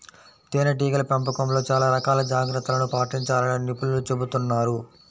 తేనెటీగల పెంపకంలో చాలా రకాల జాగ్రత్తలను పాటించాలని నిపుణులు చెబుతున్నారు